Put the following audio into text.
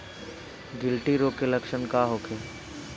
गिल्टी रोग के लक्षण का होखे?